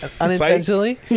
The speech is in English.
unintentionally